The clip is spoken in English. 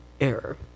error